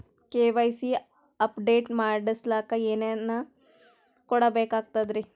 KYC update ಮಾಡಸ್ಲಕ ಏನೇನ ಕೊಡಬೇಕಾಗ್ತದ್ರಿ?